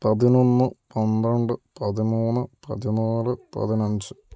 പതിനൊന്ന് പന്ത്രണ്ട് പതിമൂന്ന് പതിനാല് പതിനഞ്ച്